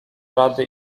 rady